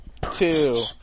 two